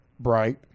Bright